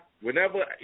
whenever